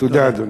תודה, אדוני.